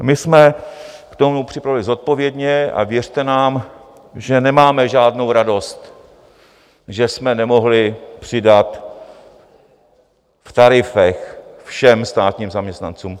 My jsme k tomu přistupovali zodpovědně a věřte nám, že nemáme žádnou radost, že jsme nemohli přidat v tarifech všem státním zaměstnancům.